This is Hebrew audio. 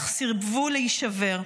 אך סירבו להישבר.